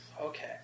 Okay